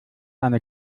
eine